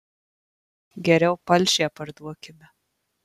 geriau palšę parduokime